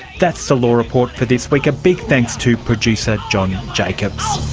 that's the law report for this week. a big thanks to producer john jacobs.